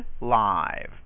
Live